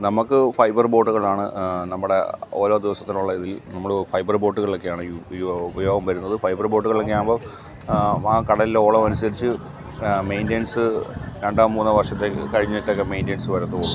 നമുക്ക് ഫൈബര് ബോഡ്കളാണ് നമ്മുടെ ഓരോ ദിവസത്തിനുള്ള ഇതില് നമ്മൾ ഫൈബര് ബോട്ട്കളിലൊക്കെയാണ് ഈ ഉപയോഗം ഉപയോഗം വരുന്നത് ഫൈബര് ബോട്ട്കൾ തന്നെയാ ആ കടലിലെ ഓളം അനുസരിച്ച് മേയിന്റെന്സ് രണ്ടോ മൂന്നോ വര്ഷത്തേക്ക് കഴിഞ്ഞിട്ടൊക്കെ മേയിന്റെന്സ് വരത്തുള്ളൂ